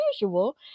usual